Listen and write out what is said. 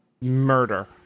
murder